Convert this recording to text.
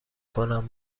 کنند